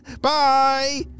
Bye